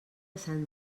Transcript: sant